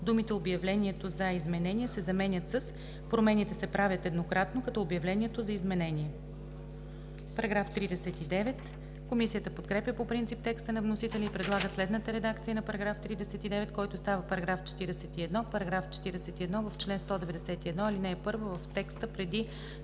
думите „Обявлението за изменение“ се заменят с „Промените се правят еднократно, като обявлението за изменение“.“ Комисията подкрепя по принцип текста на вносителя и предлага следната редакция на § 39, който става § 41: „§ 41. В чл. 191, ал. 1 в текста преди т.